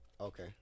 Okay